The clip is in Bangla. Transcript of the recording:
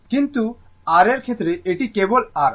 কিন্তু R এর ক্ষেত্রে এটি কেবল R